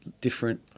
different